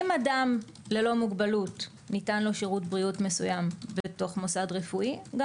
אם לאדם ללא מוגבלות ניתן שירות בריאות מסוים בתוך מוסד רפואי גם